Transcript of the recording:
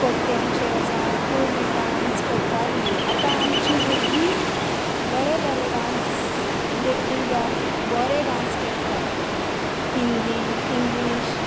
कोट्ट्यांचे जावं कुळमी डांस करतालीं आतां आमचीं भुरगीं बोरे बोरे डांस देखणी डां बोरे डांस करतात हिंदी इंग्लीश